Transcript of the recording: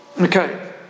Okay